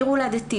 עיר הולדתי,